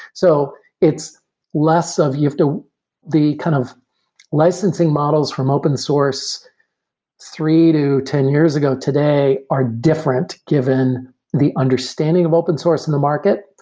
so it's less of you have the kind of licensing models from open source three to ten years ago today are different given the understanding of open source in the market,